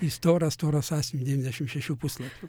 į storą storą sąsiuvinį devyniasdešim šešių puslapių